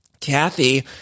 Kathy